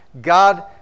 God